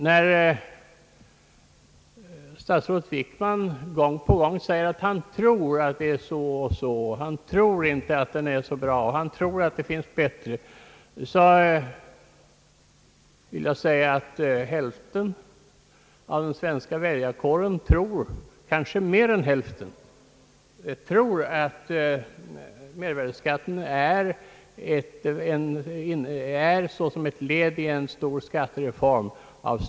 När statsrådet Wickman gång på gång säger att han »tror» att det är så och så, att han »inte tror» att den här skatten är så bra, att han »tror» att det finns bättre o.s.v. vill jag påpeka att kanske mer än hälften av den svenska väljarkåren tror att mervärdeskatten är av stor betydelse såsom ett led i en stor skattereform.